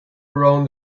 around